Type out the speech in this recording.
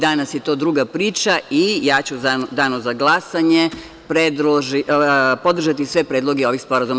Danas je to druga priča i ja ću u danu za glasanje podržati sve predloge ovih sporazuma.